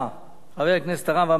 חבר הכנסת הרב אמנון כהן,